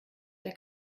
der